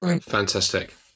Fantastic